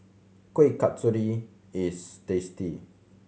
Kuih Kasturi is tasty